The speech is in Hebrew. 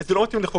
זה נורא טכני.